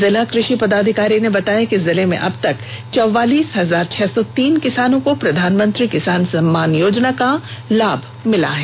जिला कृषि पदाधिकारी ने बताया कि जिले में अबतक चौवालीस हजार छह सौ तीन किसानों को प्रधानमंत्री किसान सम्मान योजना का लाभ मिला है